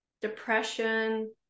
depression